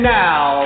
now